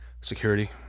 security